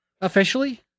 officially